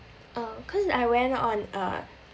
uh cause I went on a